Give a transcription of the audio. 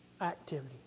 activity